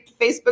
Facebook